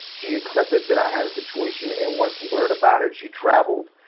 she accepted that i had a situation and wanted to learn about it. she travelled,